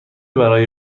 برای